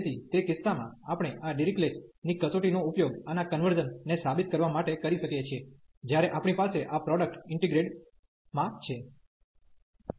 તેથી તે કિસ્સામાં આપણે આ ડિરીક્લેટ Dirichlet's ની કસોટીનો ઉપયોગ આના કન્વર્ઝન ને સાબિત કરવા માટે કરી શકીએ છીએ જ્યારે આપણી પાસે આ પ્રોડક્ટ ઈન્ટિગ્રેન્ડ માં છે